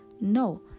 No